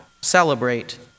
celebrate